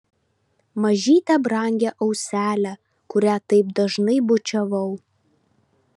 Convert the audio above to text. mažytę brangią auselę kurią taip dažnai bučiavau